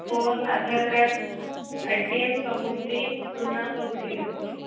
phone Aadhaar card A T M ମୁଦି ସୁନା ସବୁ ଥିଲା ସେଥିରେ